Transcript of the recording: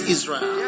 Israel